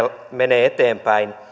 menee eteenpäin